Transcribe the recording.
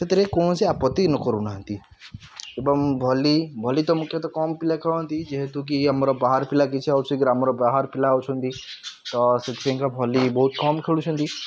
ସେଥିରେ କୌଣସି ଆପତ୍ତି ନ କରୁନାହାନ୍ତି ଏବଂ ଭଲି ଭଲି ତ ମୁଖ୍ୟତଃ କମ୍ ପିଲା ଖେଳନ୍ତି ଯେହେତୁ କି ଆମର ବାହାର ପିଲା କିଛି ଆଉ କିଛି ଆମର ଗ୍ରାମର ବାହାର ପିଲା ଆଉଛନ୍ତି ତ ସେଇଥି ପାଇଁ କା ଭଲି ବହୁତ କମ୍ ଖେଳୁଛନ୍ତି